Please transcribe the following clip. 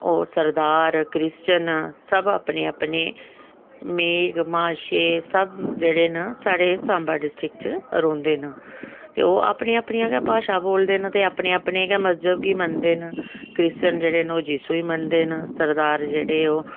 और सरदार क्रिश्चन सब अपनी अपनी मेघ माह्शे सब जेहडे़ न साढ़े साम्बा डिसट्रिक्ट च रौंहदे न ते ओह् अपनी अपनी गै भाशा बोलदे न ते अपने अपने गै मजहब गी मनदे न क्रिश्चन जेहडे़ न ओह् जस्सु गी मनदे न सरदार जेहडे़ न